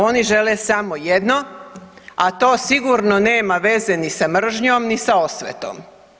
Oni žele samo jedno, a to sigurno nema veze ni sa mržnjom, ni sa osvetom.